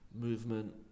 movement